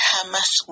Hamas